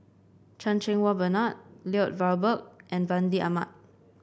Chan Cheng Wah Bernard Lloyd Valberg and Fandi Ahmad